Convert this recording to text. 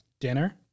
Dinner